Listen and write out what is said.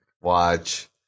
watch